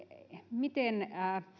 miten